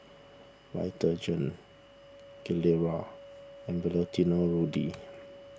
Vitagen Gilera and Valentino Rudy